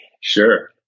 Sure